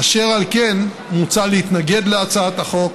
אשר על כן, מוצע להתנגד להצעת החוק,